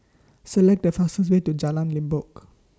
Select The fastest Way to Jalan Limbok